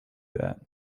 that